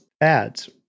ads